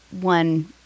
one